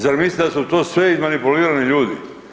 Zar mislite da su to sve izmanipulirani ljudi?